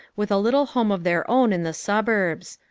with a little home of their own in the suburbs.